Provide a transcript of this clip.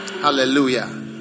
Hallelujah